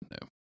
no